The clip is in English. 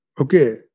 okay